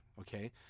okay